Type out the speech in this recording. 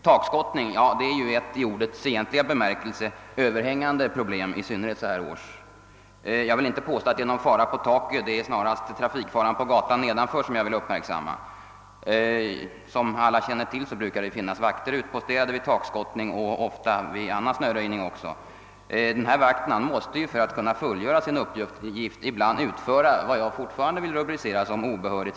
Takskottning är ju ett i ordets egentliga bemärkelse överhängande problem så här års, men jag vill inte påstå att det är någon fara på taket, Snarare är det trafiken nere på gatan jag här vill uppmärksamma. Som alla känner till brukar det vid takskottning och även vid annan snöröjning utposteras vakter, som för att fullgöra sin uppgift ibland måste utföra vad jag kallat obehörig trafikdirigering.